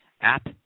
app